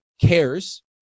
cares